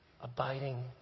Abiding